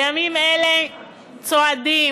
בימים אלה צועדים